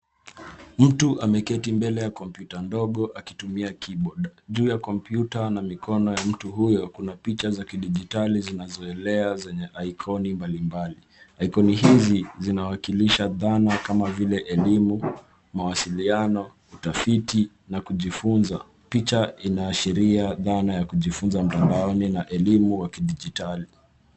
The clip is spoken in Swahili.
Mtu ameketi mbele ya cs computer cs ndogo akitumia cs keyboard cs. Juu ya cs computer cs na mikono ya mtu huyo, kuna picha za kidigitali zinazoelea zenye akioni mbalimbali. Aikoni hizi zinawakilisha dhana kama vile elimu, mawasiliano, utafiti na kujifunza. Picha inaashiria dhana ya kujifunza mtandaoni na elimu wa kidigitali.